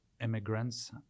immigrants